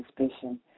suspicion